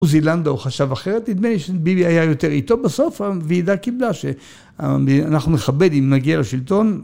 עוזי לנדאו חשב אחרת נדמה לי שביבי היה יותר איתו בסוף הועידה קיבלה שאנחנו נכבד אם נגיע לשלטון..